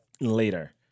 later